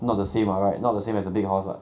not the same what right